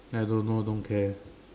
I don't know don't care